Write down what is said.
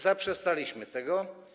Zaprzestaliśmy tego.